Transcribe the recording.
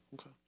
Okay